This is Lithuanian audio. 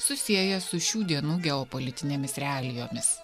susieja su šių dienų geopolitinėmis realijomis